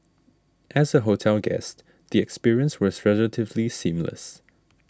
as a hotel guest the experience was relatively seamless